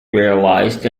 realized